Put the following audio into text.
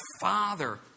Father